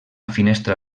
finestra